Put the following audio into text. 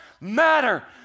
matter